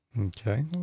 Okay